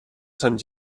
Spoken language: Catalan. sant